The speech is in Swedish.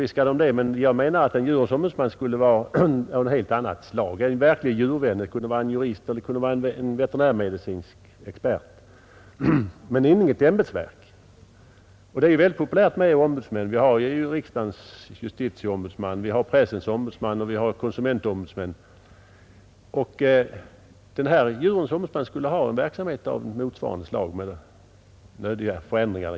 Ja visst, men jag menar att en djurens ombudsman skulle vara något helt annat, en verklig djurvän — t.ex. en jurist eller en veterinärmedicinsk expert — men inte något ämbetsverk. Nu är det ju dessutom så populärt med ombudsmän. Vi har t.ex. riksdagens justitieombudsman, pressens ombudsman och konsumentombudsmän. Vi menar att denne djurens ombudsman skulle ha en verksamhet av motsvarande slag — givetvis med nödiga förändringar.